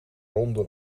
ronde